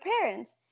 parents